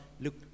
look